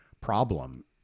problem